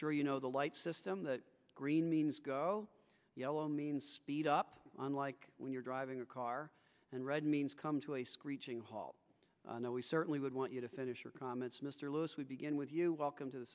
sure you know the light system that green means go yellow means speed up on like when you're driving a car and red means come to a screeching halt no we certainly would want you to finish your comments mr lewis we begin with you welcome to the